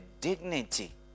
dignity